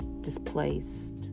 displaced